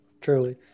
Truly